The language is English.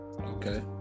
Okay